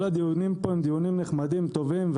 כל הדיונים פה הם דיונים נחמדים וטובים,